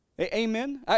Amen